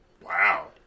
Wow